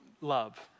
love